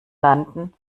landen